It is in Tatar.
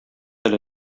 әле